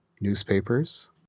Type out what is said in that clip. newspapers